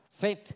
faith